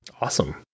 Awesome